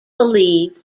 believed